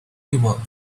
evil